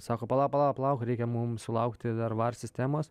sako palauk palauk palauk reikia mums sulaukti dar var sistemos